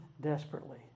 desperately